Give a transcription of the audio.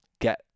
get